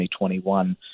2021